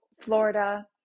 Florida